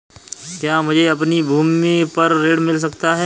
क्या मुझे अपनी भूमि पर ऋण मिल सकता है?